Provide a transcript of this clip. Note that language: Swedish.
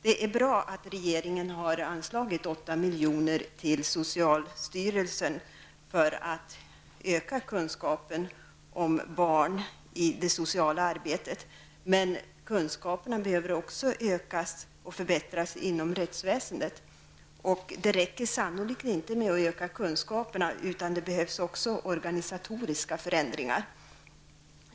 Det är bra att regeringen har anslagit 8 milj.kr. till socialstyrelsen för att öka kunskapen om barn i det sociala arbetet. Men kunskaperna behöver också ökas och förbättras inom rättsväsendet. Det räcker sannolikt inte med ökad kunskap, utan det behövs också organisatoriska förändringar.